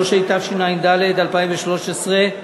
53), התשע"ד 2013,